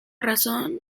razón